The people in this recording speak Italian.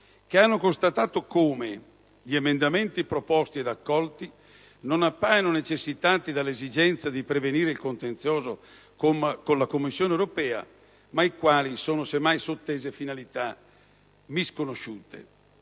che hanno constatato come gli emendamenti proposti ed accolti non appaiono necessitati dall'esigenza di prevenire il contenzioso con la Commissione europea ma ai quali sono semmai sottese finalità misconosciute.